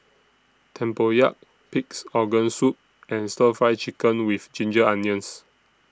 Tempoyak Pig'S Organ Soup and Stir Fry Chicken with Ginger Onions